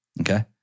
okay